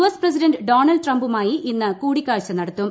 S president Donald ട്രംപുമായി ഇന്ന് കൂടിക്കാഴ്ച നടത്തും